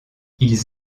ils